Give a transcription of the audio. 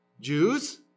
Jews